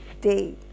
day